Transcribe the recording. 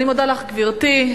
אני מודה לך, גברתי.